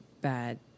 bad